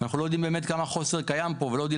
אנחנו לא יודעים באמת כמה חוסר קיים ולא יודעים